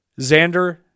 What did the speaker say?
Xander